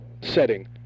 setting